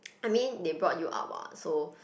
I mean they brought you up what so